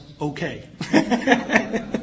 okay